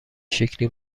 شکلی